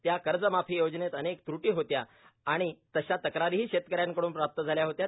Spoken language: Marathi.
त्या कर्जमाफी योजनेत अनेक त्र्टी होत्या व तशा तक्रारीही शेतकऱ्यांकडुन प्राप्त झाल्या होत्या